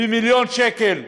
ב-1 מיליון שקל.